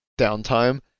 downtime